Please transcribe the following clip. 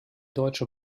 deutsche